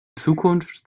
zukunft